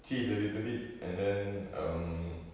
chill a little bit and them um